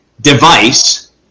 device